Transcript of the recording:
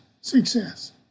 success